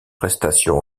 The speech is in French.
prestation